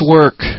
work